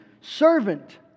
servant